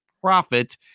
profit